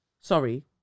Sorry